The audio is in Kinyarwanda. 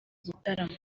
gitaramo